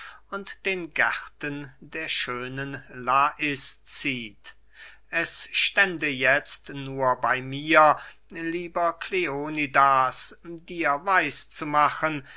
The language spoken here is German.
und den gärten der schönen lais zieht es stände jetzt nur bey mir lieber kleonidas dir weiß zu machen